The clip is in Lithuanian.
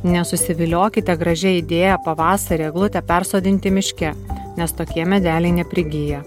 nesusiviliokite gražia idėja pavasarį eglutę persodinti miške nes tokie medeliai neprigyja